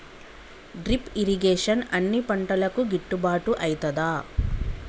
Drip irrigation అన్ని పంటలకు గిట్టుబాటు ఐతదా?